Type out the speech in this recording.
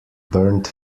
burnt